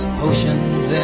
potions